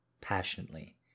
passionately